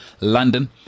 london